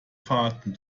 faden